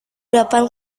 depan